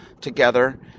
together